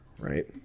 right